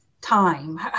time